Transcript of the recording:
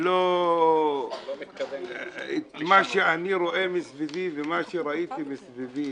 ומה שאני רואה מסביבי ומה שראיתי מסביבי,